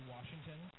Washington